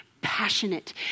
passionate